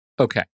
Okay